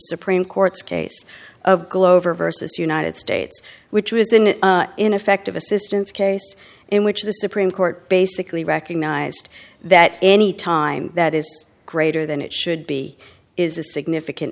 supreme court's case of glow versus united states which was an ineffective assistance case in which the supreme court basically recognized that any time that is greater than it should be is a significant